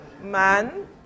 man